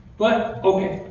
but okay.